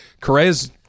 Correa's